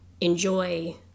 enjoy